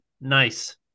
Nice